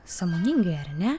sąmoningai ar ne